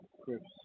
Crips